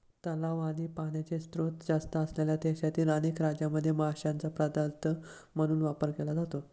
तलाव आणि पाण्याचे स्त्रोत जास्त असलेल्या देशातील अनेक राज्यांमध्ये माशांचा पदार्थ म्हणून वापर केला जातो